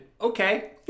okay